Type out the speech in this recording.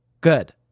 Good